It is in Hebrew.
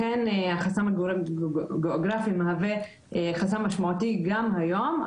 לכן החסם הגיאוגרפי מהווה חסם משמעותי גם היום.